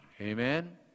Amen